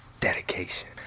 Dedication